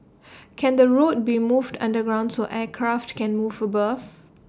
can the road be moved underground so aircraft can move above